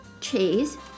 cheese